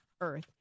earth